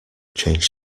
change